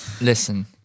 Listen